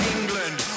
England